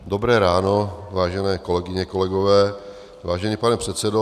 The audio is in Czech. Dobré ráno, vážené kolegyně, kolegové, vážený pane předsedo.